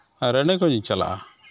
ᱨᱟᱹᱱᱤᱜᱚᱧᱡᱤᱧ ᱪᱟᱞᱟᱜᱼᱟ